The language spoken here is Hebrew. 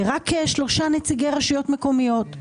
ורק שלושה נציגי רשויות מקומיות.